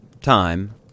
time